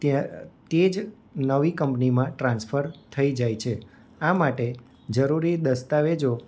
કે તે જ નવી કંપનીમાં ટ્રાન્સફર થઈ જાય છે આ માટે જરૂરી દસ્તાવેજો